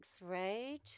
right